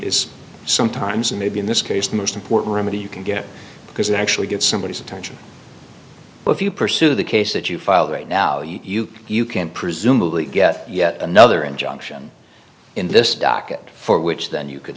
is sometimes and maybe in this case the most important remedy you can get because they actually get somebody's attention if you pursue the case that you file right now you can you can presumably get yet another injunction in this docket for which then you could